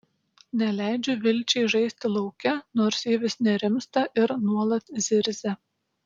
neleidžiu vilčiai žaisti lauke nors ji vis nerimsta ir nuolat zirzia